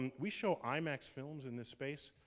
we show imax films in this space.